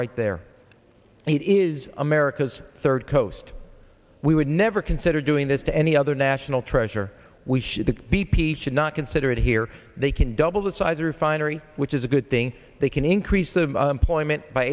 right there and it is america's third coast we would never consider doing this to any other national treasure we should the b p should not consider it here they can double the size of refinery which is a good thing they can increase the employment by